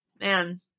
Man